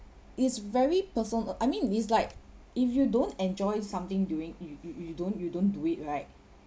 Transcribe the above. it's very personal I mean it's like if you don't enjoy something doing you you don't you don't do it right